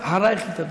אחרייך היא תדבר.